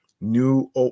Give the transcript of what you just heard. new